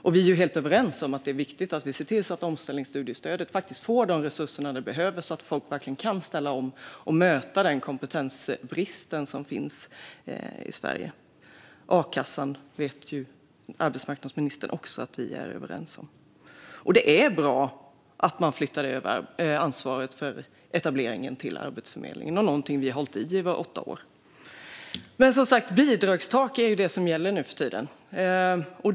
Och vi är ju helt överens om att det är viktigt att se till att omställningsstudiestödet faktiskt får de resurser det behöver så att folk verkligen kan ställa om och möta den kompetensbrist som finns i Sverige. A-kassan vet ju arbetsmarknadsministern också att vi är överens om. Och det är bra att man flyttar över ansvaret för etableringen till Arbetsförmedlingen. Det är någonting som vi har hållit fast vid under våra åtta år. Men som sagt, bidragstak är ju det som gäller nu för tiden.